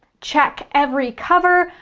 check every cover,